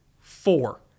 Four